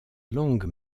langue